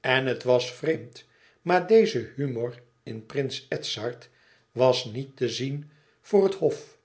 en het was vreemd maar deze humor in prins edzard was niet te zien voor het hof